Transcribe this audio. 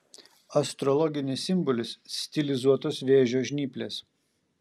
astrologinis simbolis stilizuotos vėžio žnyplės